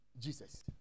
Jesus